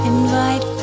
Invite